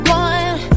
one